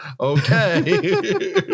Okay